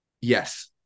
yes